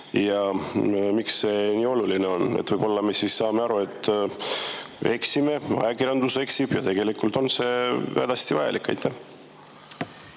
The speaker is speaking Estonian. Miks see oluline on? Võib-olla me saame aru, et eksime, ajakirjandus eksib ja tegelikult on see hädasti vajalik. Aitäh!